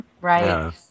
Right